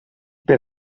per